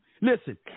Listen